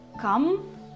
Come